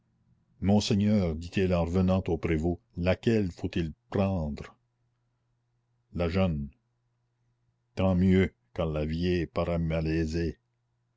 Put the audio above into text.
monseigneur dit-il en revenant au prévôt laquelle faut-il prendre la jeune tant mieux car la vieille paraît malaisée